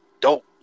dope